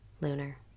Lunar